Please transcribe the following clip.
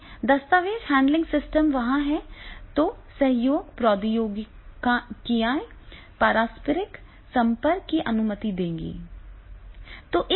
यदि दस्तावेज़ handling system वहाँ है तो सहयोग प्रौद्योगिकियां पारस्परिक संपर्क की अनुमति देंगी